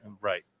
Right